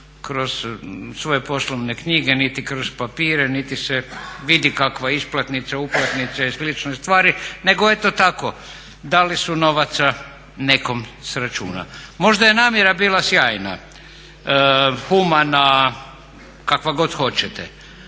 kroz svoje poslovne knjige niti kroz papire niti se vidi kakva isplatnica, uplatnica i slične stvari nego eto tako dali su novaca nekom s računa. Možda je namjera bila sjajna, humana, kakva god hoćete,